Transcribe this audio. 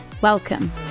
welcome